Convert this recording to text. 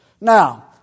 Now